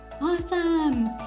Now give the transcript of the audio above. Awesome